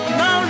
no